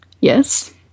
Yes